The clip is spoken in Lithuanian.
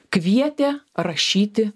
kvietė rašyti